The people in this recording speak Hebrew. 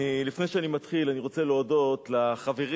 לפני שאני מתחיל אני רוצה להודות לחברים,